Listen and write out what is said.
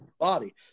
body